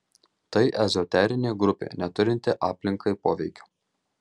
tai ezoterinė grupė neturinti aplinkai poveikio